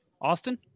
Austin